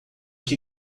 que